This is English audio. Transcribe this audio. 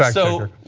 so